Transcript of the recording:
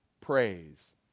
praise